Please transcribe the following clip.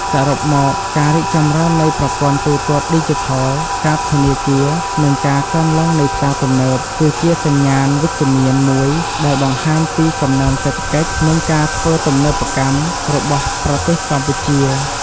សរុបមក ការរីកចម្រើននៃប្រព័ន្ធទូទាត់ឌីជីថល កាតធនាគារ និងការកើនឡើងនៃផ្សារទំនើប គឺជាសញ្ញាណវិជ្ជមានមួយដែលបង្ហាញពី កំណើនសេដ្ឋកិច្ច និងការធ្វើទំនើបកម្មរបស់ប្រទេសកម្ពុជា។